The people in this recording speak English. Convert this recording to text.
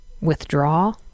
withdraw